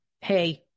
hey